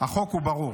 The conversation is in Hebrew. החוק הוא ברור.